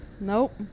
Nope